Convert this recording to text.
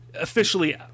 officially